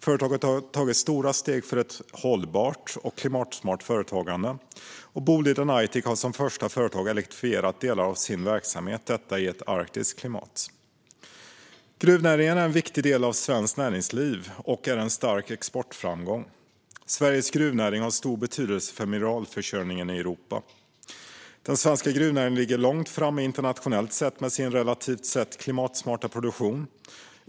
Företaget har tagit stora steg mot ett hållbart och klimatsmart företagande. Boliden Aitik har som första gruvföretag elektrifierat delar av sin verksamhet. Och det har man gjort i ett arktiskt klimat. Gruvnäringen är en viktig del av svenskt näringsliv och en stark exportframgång. Sveriges gruvnäring har stor betydelse för mineralförsörjningen i Europa. Den svenska gruvnäringen ligger långt framme internationellt sett med sin relativt sett klimatsmarta produktion.